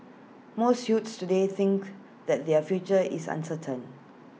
most youths today think that their future is uncertain